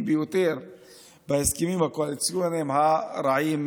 ביותר בהסכמים הקואליציוניים הרעים,